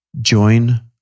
Join